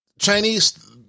Chinese